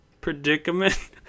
Predicament